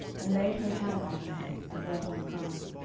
and laid her hand on her head, and went on crying.